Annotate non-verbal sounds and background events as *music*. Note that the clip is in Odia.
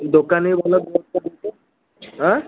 ଦୋକାନୀବଲା *unintelligible* ଆଁ